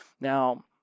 Now